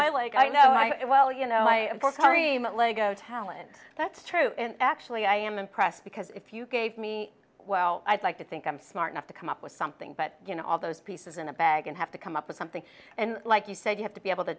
i like i know i well you know i feel sorry but lego talent that's true actually i am impressed because if you gave me well i'd like to think i'm smart enough to come up with something but you know all those pieces in a bag and have to come up with something and like you said you have to be able to